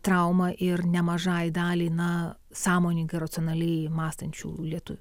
trauma ir nemažai daliai na sąmoningai racionaliai mąstančių lietuvių